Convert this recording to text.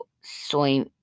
soy